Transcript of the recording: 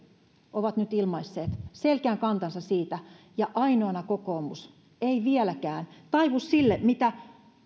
ovat nyt ilmaisseet selkeän kantansa siitä ja ainoana kokoomus ei vieläkään taivu siihen mitä